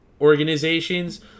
organizations